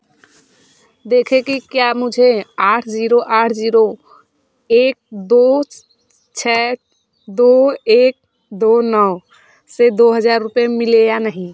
देखें कि क्या मुझे आठ ज़ीरो आठ ज़ीरो एक दो छः दो एक दो नौ से दो हज़ार रुपये मिले या नहीं